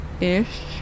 ish